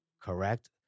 correct